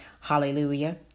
Hallelujah